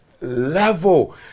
level